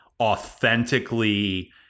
authentically